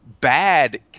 Bad